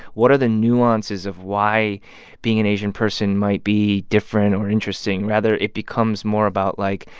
what are the nuances of why being an asian person might be different or interesting? rather, it becomes more about, like,